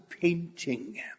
painting